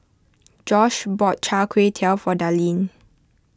Josh bought Char Kway Teow for Darlene